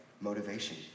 motivation